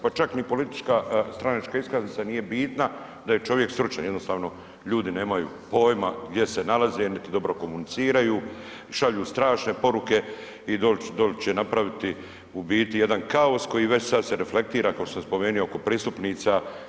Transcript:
Pa čak ni politička stranačka iskaznica nije bitna da je čovjek stručan, jednostavno ljudi nemaju pojma gdje se nalaze, niti dobro komuniciraju, šalju strašne poruke i doli će, doli će napraviti u biti jedan kaos koji već sad se reflektira, kao što sam spomenuo oko pristupnica.